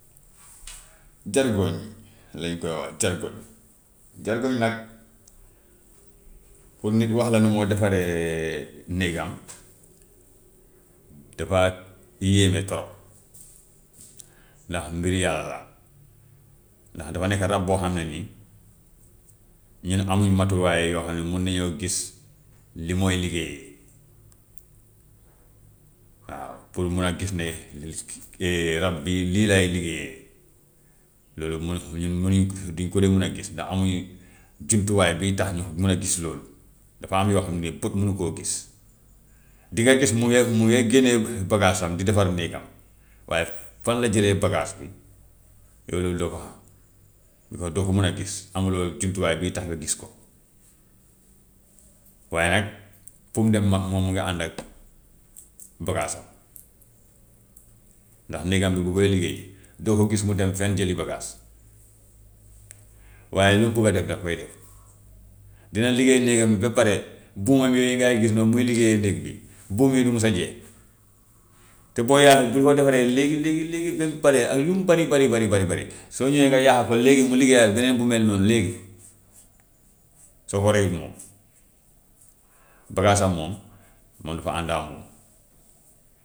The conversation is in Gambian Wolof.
jargoñ lañ koy wax, jargoñ. Jargoñ nag pour nit wax la ni muy defaree néegam dafaa yéeme trop ndax mbiru yàlla la, ndax dafa nekk rab boo xam ne nii ñun amuñ matuwaay yoo xam ne mun nañoo gis li muy liggéeyee. Waaw pour mun a gis ne li si rab bii lii lay liggéeyee, loolu munu ñun munuñu ko duñ ko dee mun a gis ndax amuñu jumtuwaay biy tax ñu mun a gis loolu, dafa am yoo xam ne bët munu koo gis. Dinga gis mu ngee, mu ngee génnee bagaasam di defar néegam, waaye fan la jëlee bagaas bi yow loolu doo ko xam, des fois doo ko mun a gis amuloo jumtuwaay biy tax nga gis ko, waaye nag fu mu dem nag moom mu ngi ànd ak bagaasam, ndax néegam bi bu koy liggéey doo ko gis mu dem fenn jëli bagaas, waaye lu mu bugg a def daf koy def. Dina liggéey néegam bi ba pare buumam yooyu nga gis noonu muy liggéeyee néeg bi buum yi du mos a jeex, te boo yàqee bu ko defaree léegi léegi léegi ba mu pare ak lu mu bari bari bari bari soo ñëwee nga yàq ko léegi mu liggéeyaat beneen bu mel noonu léegi, soo ko reyul moom balaa sax moom, moom dafa ànd ak moom.